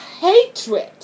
hatred